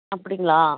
அப்படிங்களா